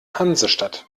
hansestadt